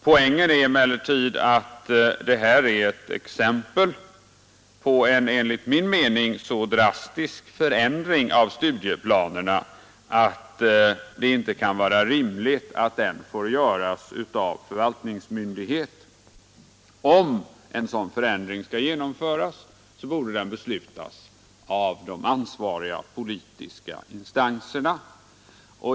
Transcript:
Poängen är emellertid att det är ett exempel på en enligt min mening så drastisk förändring av studieplanerna att det inte kan vara rimligt att den får göras av förvaltningsmyndighet. Om en sådan förändring skall genomföras borde den beslutas av de ansvariga politiska instanserna.